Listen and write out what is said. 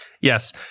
Yes